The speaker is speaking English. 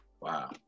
wow